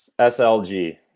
SLG